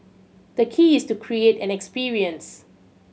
the key is to create an experience